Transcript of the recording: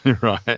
Right